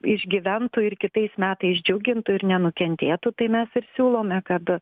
išgyventų ir kitais metais džiugintų ir nenukentėtų tai mes ir siūlome kad